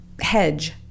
hedge